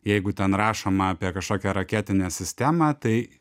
jeigu ten rašoma apie kažkokią raketinę sistemą tai